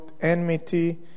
enmity